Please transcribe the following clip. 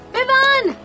Vivan